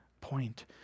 point